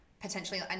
potentially